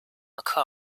科尔